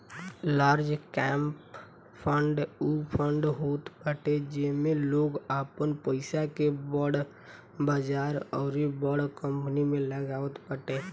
large cap fund उ fund होत बाटे जेमे लोग आपन पईसा के बड़ बजार अउरी बड़ कंपनी में लगावत बाटे